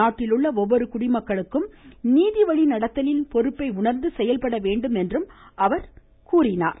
நாட்டில் உள்ள ஒவ்வொரு குடிமக்களுக்கும் நீதி வழி நடத்தலில் பொறுப்பை உணர்ந்து செயல்பட வேண்டும் என்றும் அவர் அறிவுறுத்தினார்